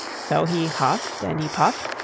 so he huffed, and he puffed,